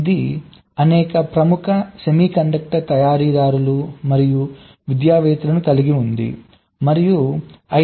ఇది అనేక ప్రముఖ సెమీ కండక్టర్ తయారీదారులు మరియు విద్యావేత్తలను కలిగి ఉంది మరియు IEEE 1149